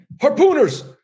harpooners